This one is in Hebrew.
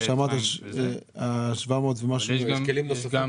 איזה חברות ספציפיות זה הוסכם איתם זה משהו שאני אצטרך לברר.